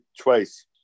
twice